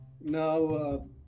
now